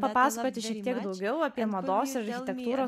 papasakoti šiek tiek daugiau apie mados ir architektūros